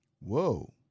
Whoa